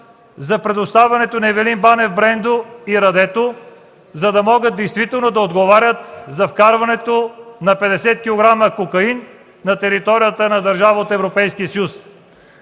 за предоставянето на Ивелин Банев – Брендо, и Радето, за да могат действително да отговарят за вкарването на 50 кг кокаин на територията на държава от Европейския